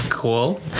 cool